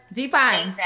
define